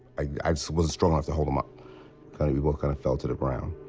i wasn't strong enough to hold him up. kind of we both kind of fell to the ground.